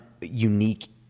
unique